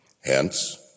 Hence